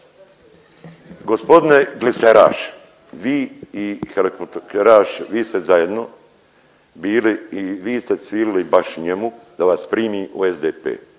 Gospodine gliseraš vi i helikopteraš vi ste zajedno bili i vi ste cvilili baš njemu da vas primi u SDP.